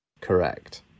Correct